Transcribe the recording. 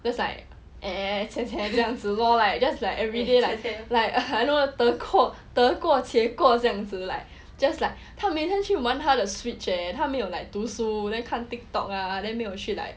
just like 这样子 lor like just like everyday like 得过且过这样子 like just like 她每天去玩他的 switch eh 他没有 like 读书 then 看 TikTok lah then 没有去 like